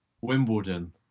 Wimbledon